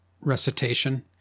recitation